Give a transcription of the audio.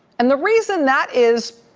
and the reason that is